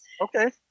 Okay